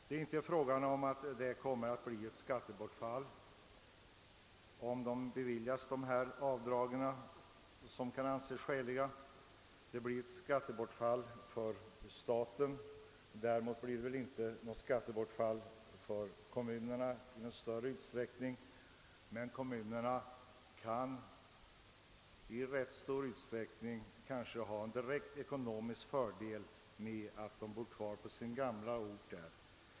Det är inte fråga om annat än att det blir ett skattebortfall för staten, därest dessa avdrag, som kan anses skäliga, beviljas. Det blir väl däremot inte ett skattebortfall för kommunerna i någon större utsträckning. Kommunerna kan emellertid i rätt stor utsträckning kanske ha en direkt ekonomisk fördel av att familjerna bor kvar på den gamla orten.